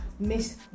Miss